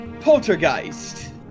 Poltergeist